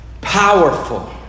powerful